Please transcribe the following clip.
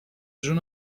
جون